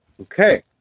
Okay